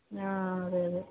ആ അതെ അതെ